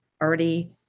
already